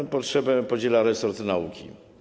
Tę potrzebę podziela resort nauki.